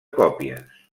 còpies